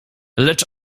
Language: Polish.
lecz